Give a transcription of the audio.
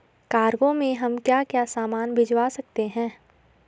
Cargo में हम क्या क्या सामान भिजवा सकते हैं?